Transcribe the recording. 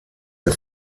der